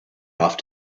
off